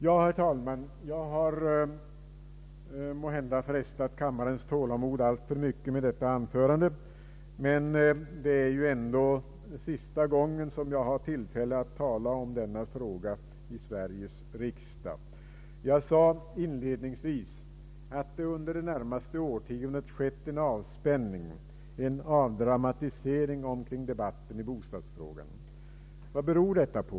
Jag har, herr talman, måhända frestat kammarens tålamod alltför mycket med detta anförande, men det är ju ändå sista gången som jag har tillfälle att tala i denna fråga i Sveriges riksdag. Jag nämnde inledningsvis att det under senaste årtiondet har skett en avspänning, en avdramatisering kring debatten i bostadsfrågan. Vad beror detta på?